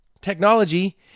technology